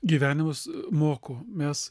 gyvenimas moko mes